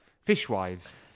Fishwives